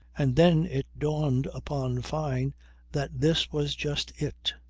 and then it dawned upon fyne that this was just it.